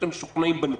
במיוחד בכל